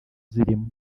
zirimo